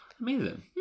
Amazing